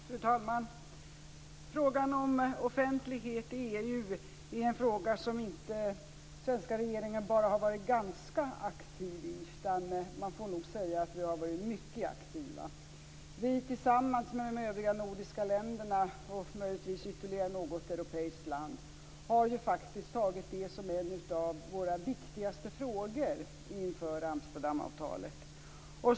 Fru talman! Frågan om offentlighet i EU är en fråga som den svenska regeringen inte bara har varit ganska aktiv i. Man får nog säga att vi har varit mycket aktiva. Vi, tillsammans med de övriga nordiska länderna och möjligtvis ytterligare något europeiskt land, har ju faktiskt tagit upp det som en av våra viktigaste frågor inför Amsterdamavtalet.